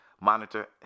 Monitor